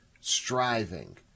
striving